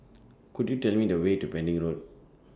Could YOU Tell Me The Way to Pending Road